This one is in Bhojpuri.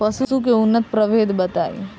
पशु के उन्नत प्रभेद बताई?